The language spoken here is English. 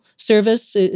Service